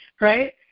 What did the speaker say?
right